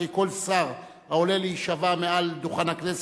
כי כל שר העולה להישבע מעל דוכן הכנסת,